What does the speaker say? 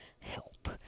help